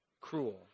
cruel